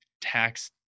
tax